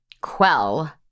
quell